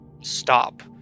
Stop